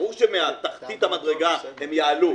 ברור שמתחתית המדרגה הם יעלו,